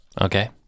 Okay